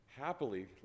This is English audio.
happily